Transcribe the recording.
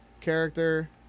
character